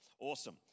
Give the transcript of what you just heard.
Awesome